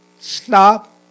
stop